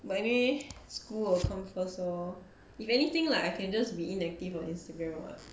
but anyway school will come first lor if anything like I can just be inactive on instagram what